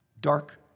dark